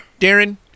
darren